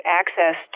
access